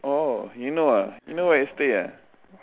oh you know ah you know where I stay ah